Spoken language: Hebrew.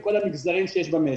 לכל המגזרים שיש במשק.